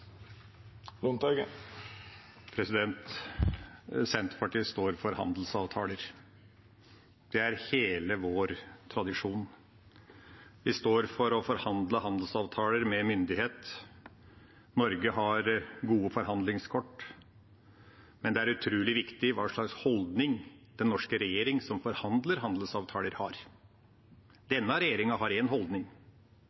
Senterpartiet står for handelsavtaler. Det er hele vår tradisjon. Vi står for å forhandle handelsavtaler med myndighet. Norge har gode forhandlingskort, men det er utrolig viktig hva slags holdning den norske regjering som forhandler handelsavtaler, har.